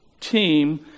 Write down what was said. team